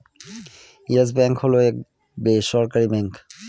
yes Bank হল এক বেসরকারি ব্যাঙ্ক